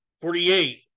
Forty-eight